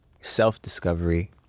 self-discovery